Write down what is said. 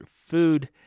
food